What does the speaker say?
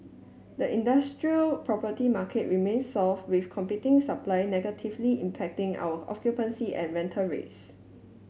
the industrial property market remain soft with competing supply negatively impacting our occupancy and rental rates